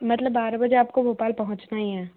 मतलब बारह बजे आपको भोपाल पहुँचना ही है